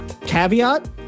Caveat